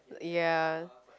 ya